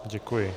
Děkuji.